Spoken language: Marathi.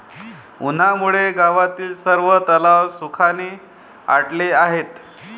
उन्हामुळे गावातील सर्व तलाव सुखाने आटले आहेत